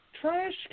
trash